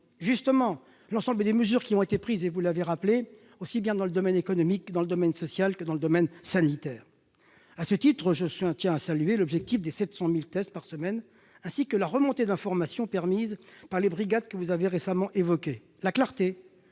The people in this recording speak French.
que toutes les mesures mises en oeuvre aussi bien dans le domaine économique et social que dans le domaine sanitaire. À ce titre, je tiens à saluer l'objectif de 700 000 tests par semaine, ainsi que la remontée d'informations permise par les brigades que vous avez récemment évoquées. La clarté,